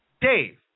Dave